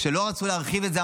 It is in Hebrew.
כשלא רצו להרחיב את זה,